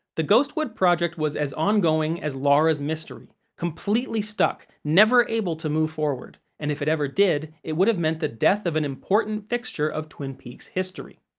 the ghostwood project was as ongoing as laura's mystery, completely stuck, never able to move forward, and if it ever did, it would have meant the death of an important fixture of twin peaks history.